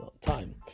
time